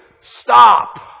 Stop